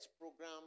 program